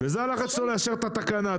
זה הלחץ שלו לאשר את התקנה.